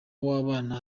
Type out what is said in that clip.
w’abana